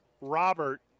Robert